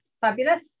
fabulous